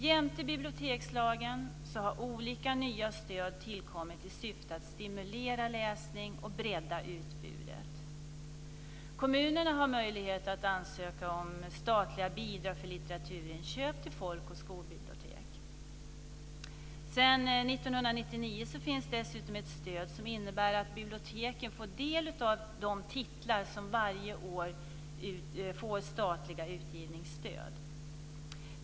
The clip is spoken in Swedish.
Jämte bibliotekslagen har olika nya stöd tillkommit i syfte att stimulera läsning och bredda utbudet. Kommunerna har möjlighet att ansöka om statliga bidrag för litteraturinköp till folk och skolbibliotek. Sedan 1999 finns det dessutom ett stöd som innebär att biblioteken får del av de titlar som varje år får statliga utgivningsstöd.